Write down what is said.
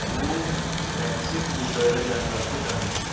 ମୁଁ break sheet ବିଷୟରେ ଜାଣିବାକୁ ଚାହୁଁଛି